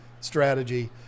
strategy